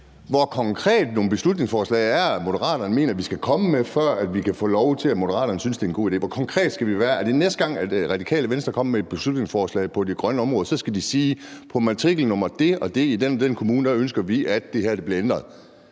hvor konkrete beslutningsforslag Moderaterne mener vi skal komme med, før vi kan få lov til at opleve, at Moderaterne synes, at det er en god idé. Hvor konkrete skal vi være? Skal Radikale Venstre, næste gang de kommer med et beslutningsforslag på det grønne område, så sige: På dette specifikke matrikelnummer i denne specifikke kommune ønsker vi at det her bliver ændret?